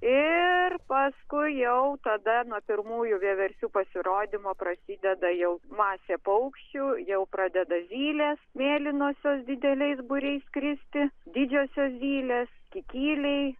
ir paskui jau tada nuo pirmųjų vieversių pasirodymo prasideda jau masė paukščių jau pradeda zylės mėlynosios dideliais būriais skristi didžiosios zylės kikiliai